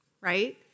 right